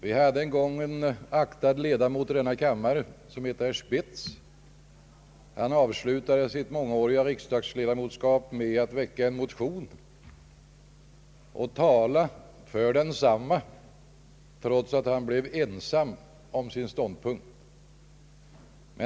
En numera avgången aktad ledamot av denna kammare, herr Spetz, avslutade sitt mångåriga riksdagsledamotskap med att väcka en motion om inskränkningar i fråga om alla dessa avdrag, och han talade för motionen, trots att han blev ensam om sin ståndpunkt.